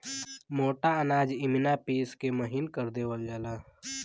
मोटा अनाज इमिना पिस के महीन कर देवल जाला